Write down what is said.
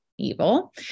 evil